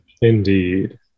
Indeed